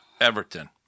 Everton